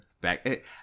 back